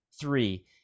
Three